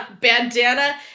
Bandana